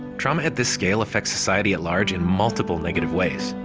trauma at this scale affects society at large in multiple negative ways.